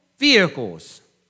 vehicles